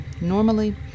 Normally